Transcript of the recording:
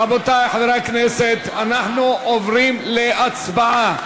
רבותי חברי הכנסת, אנחנו עוברים להצבעה.